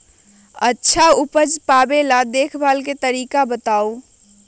अच्छा उपज पावेला देखभाल के तरीका बताऊ?